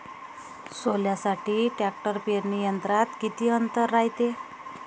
सोल्यासाठी ट्रॅक्टर पेरणी यंत्रात किती अंतर रायते?